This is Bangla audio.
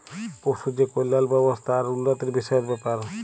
পশু যে কল্যাল ব্যাবস্থা আর উল্লতির বিষয়ের ব্যাপার